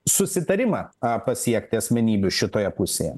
susitarimą a pasiekti asmenybių šitoje pusėje